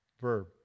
verb